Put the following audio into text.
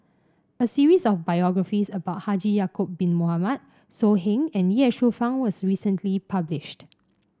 a series of biographies about Haji Ya'acob Bin Mohamed So Heng and Ye Shufang was recently published